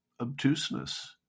obtuseness